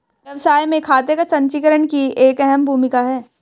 व्यवसाय में खाते का संचीकरण की एक अहम भूमिका है